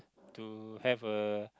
to have a